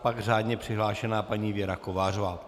Pak řádně přihlášená paní Věra Kovářová.